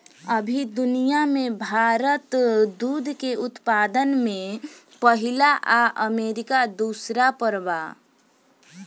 अभी दुनिया में भारत दूध के उत्पादन में पहिला आ अमरीका दूसर पर बा